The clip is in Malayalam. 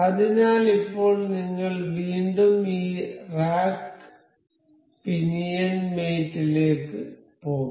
അതിനാൽ ഇപ്പോൾ നിങ്ങൾ വീണ്ടും ഈ റാക്ക് പിനിയൻ മേറ്റ് ലേക്ക് പോകും